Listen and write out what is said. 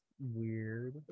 weird